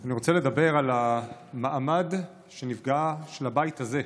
אני רוצה לדבר על המעמד של הבית הזה,